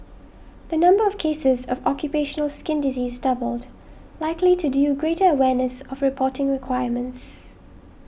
the number of cases of occupational skin disease doubled likely to due greater awareness of reporting requirements